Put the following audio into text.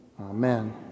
Amen